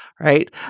right